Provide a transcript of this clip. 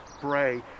Bray